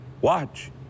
watch